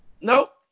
Nope